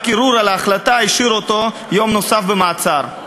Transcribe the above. רק ערעור על ההחלטה השאיר אותו יום נוסף במעצר.